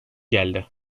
geldi